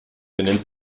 benimmt